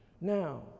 Now